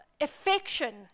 affection